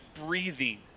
breathing